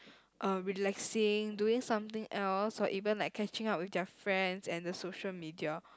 uh relaxing doing something else or even like catching up with their friends and the social media